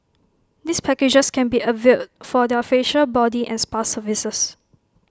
these packages can be availed for their facial body and spa services